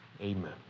amen